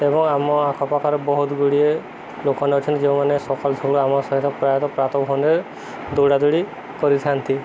ଏବଂ ଆମ ଆଖପାଖରେ ବହୁତଗୁଡ଼ିଏ ଲୋକମାନେ ଅଛନ୍ତି ଯେଉଁମାନେ ସକାଳୁ ସକାଳୁ ଆମ ସହିତ ପ୍ରାୟତଃ ଦୌଡ଼ାଦୌଡ଼ି କରିଥାନ୍ତି